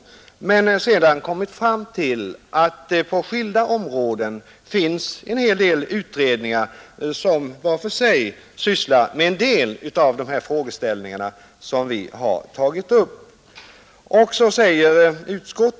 Utskottet har emellertid kommit fram till att det på skilda områden finns en hel del utredningar som var för sig sysslar med en del av de frågeställningar som vi har tagit upp.